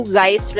guys